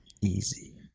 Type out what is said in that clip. easy